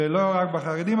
שלא רק אצל חרדים,